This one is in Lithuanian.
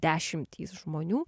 dešimtys žmonių